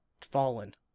fallen